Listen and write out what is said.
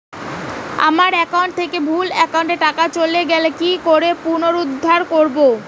আমার একাউন্ট থেকে ভুল একাউন্টে টাকা চলে গেছে কি করে পুনরুদ্ধার করবো?